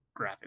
graphics